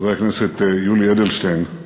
חבר הכנסת יולי אדלשטיין,